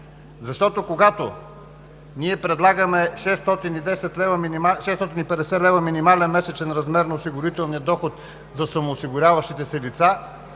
разлики. Когато ние предлагаме 650 лв. минимален месечен размер на осигурителния доход за самоосигуряващите се лица,